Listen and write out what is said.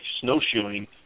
snowshoeing